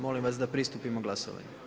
Molim vas da pristupimo glasovanju.